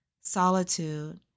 Solitude